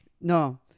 No